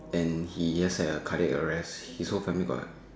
and he just had a cardiac arrest his whole family got